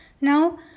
now